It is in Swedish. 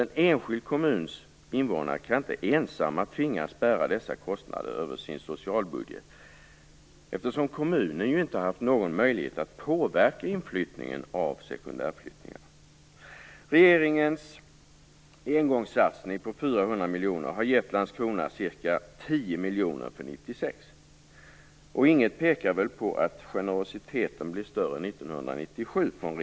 En enskild kommuns invånare kan inte ensamma tvingas att bära dessa kostnader över sin socialbudget, eftersom kommunen inte har haft någon möjlighet att påverka inflyttningen av sekundärflyktingar. Regeringens engångssatsning om 400 miljoner har gett Landskrona ca 10 miljoner för 1996. Och inget pekar på att regeringens generositet blir större 1997.